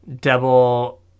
double